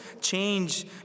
change